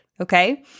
okay